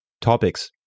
topics